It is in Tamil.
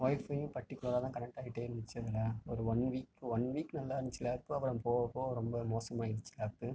ஒய்ஃபையும் பார்ட்டிகுலராக தான் கனெக்ட் ஆகிட்டே இருந்துச்சு அதில் ஒரு ஒன் வீக் ஒன் வீக் நல்லாயிருந்துச்சு லேப்பு அப்புறம் போக போக ரொம்ப மோசமாகிடிச்சி லேப்பு